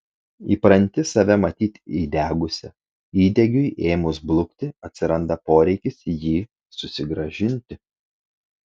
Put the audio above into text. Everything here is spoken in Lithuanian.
įpranti save matyti įdegusia įdegiui ėmus blukti atsiranda poreikis jį susigrąžinti